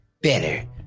better